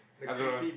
I don't know